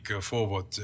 forward